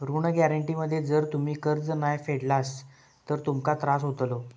ऋण गॅरेंटी मध्ये जर तुम्ही कर्ज नाय फेडलास तर तुमका त्रास होतलो